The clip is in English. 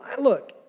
Look